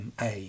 ma